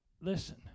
Listen